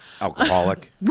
Alcoholic